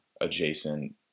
adjacent